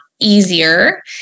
easier